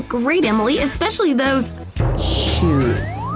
great, emily! especially those shoes,